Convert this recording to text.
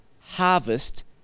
harvest